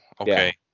okay